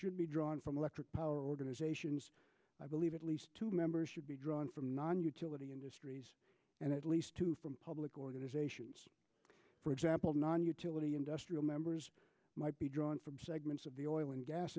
should be drawn from electric power organizations i believe at least two members should be drawn from non utility industries and at least two from public organizations for example non utility industrial members might be drawn from segments of the oil and gas